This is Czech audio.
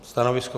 Stanovisko?